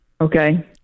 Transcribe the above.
Okay